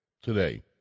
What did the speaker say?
today